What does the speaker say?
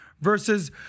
versus